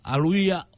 Aluia